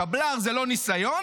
שבל"ר זה לא ניסיון,